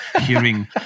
hearing